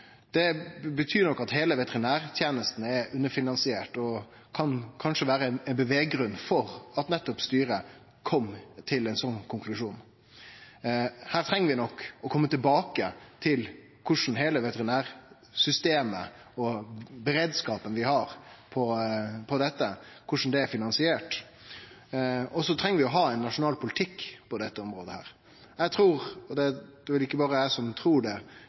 Det betyr nok at heile veterinærtenesta er underfinansiert, og kan kanskje vere ein grunn til at styret kom til ein sånn konklusjon. Her treng vi nok å kome tilbake til korleis heile veterinærsystemet og beredskapen vi har for dette, er finansiert, og så treng vi å ha ein nasjonal politikk på dette området. Eg trur, og det er ikkje berre eg som trur,